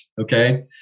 Okay